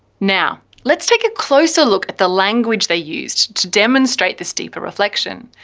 now let's take a closer look at the language they used to demonstrate this deeper reflection.